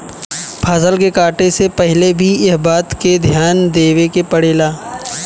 फसल के काटे से पहिले भी एह बात के ध्यान देवे के पड़ेला